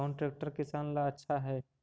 कौन ट्रैक्टर किसान ला आछा है?